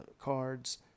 Cards